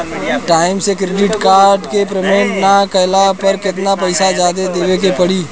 Time से credit card के payment ना कैला पर केतना पईसा जादे देवे के पड़ी?